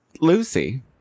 Lucy